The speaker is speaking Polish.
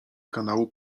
kanału